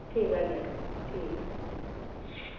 ठीक ऐ आई जागी ठीक ऐ